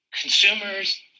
Consumers